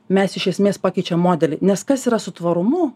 mes iš esmės pakeičiam modelį nes kas yra su tvarumu